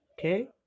okay